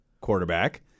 quarterback